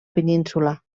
península